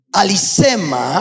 alisema